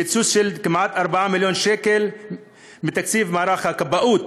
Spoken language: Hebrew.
קיצוץ של כמעט 4 מיליון שקלים בתקציב מערך הכבאות,